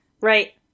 right